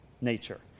nature